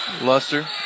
Luster